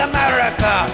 America